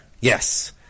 Yes